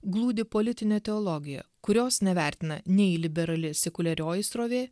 glūdi politinė teologija kurios nevertina nei liberali sekuliarioji srovė